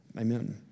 Amen